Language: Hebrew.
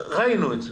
ראינו את זה.